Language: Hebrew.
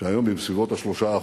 שהיום היא בסביבות ה-3%.